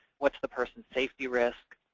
what's the person's safety risk,